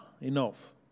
enough